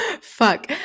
fuck